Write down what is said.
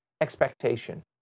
expectation